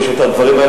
פשוט הדברים האלה,